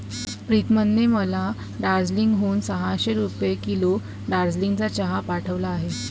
प्रीतमने मला दार्जिलिंग हून सहाशे रुपये किलो दार्जिलिंगचा चहा पाठवला आहे